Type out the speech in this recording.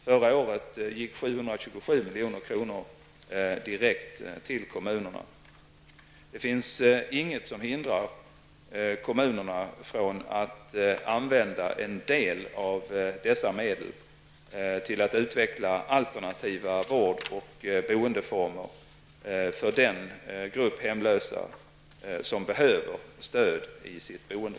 Förra året gick 727 milj.kr. direkt till kommunerna. Det finns inget som hindrar kommunerna från att använda en del av dessa medel till att utveckla alternativa vård och boendeformer för den grupp hemlösa, som behöver stöd i sitt boende.